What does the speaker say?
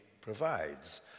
provides